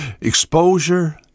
Exposure